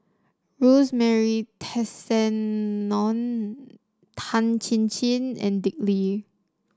Rosemary Tessensohn Tan Chin Chin and Dick Lee